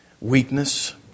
weakness